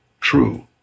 true